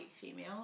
female